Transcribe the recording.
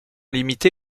limitée